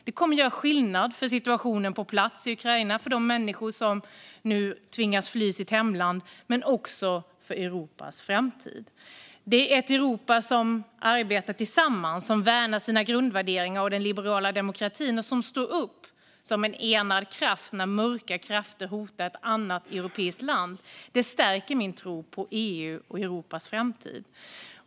Det kommer att göra skillnad för situationen på plats i Ukraina, för de människor som nu tvingas fly sitt hemland men också för Europas framtid. Det är ett Europa som arbetar tillsammans och som värnar sina grundvärderingar och den liberala demokratin. Det är ett Europa som står upp som en enad kraft när mörka krafter hotar ett annat europeiskt land. Det stärker min tro på EU och Europas framtid.